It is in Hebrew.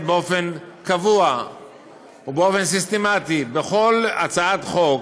באופן קבוע ובאופן סיסטמטי לכל הצעת חוק